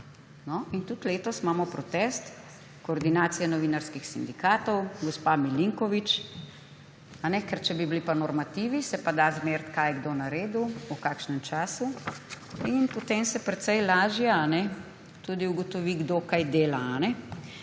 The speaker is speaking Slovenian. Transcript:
In tudi letos imamo protest Koordinacije novinarskih sindikatov, gospa Milinković. Če bi bili pa normativi, se pa da zmeriti, kaj je kdo naredil, v kakšnem času in potem se precej lažje tudi ugotovi, kdo kaj dela.